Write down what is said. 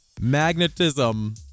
magnetism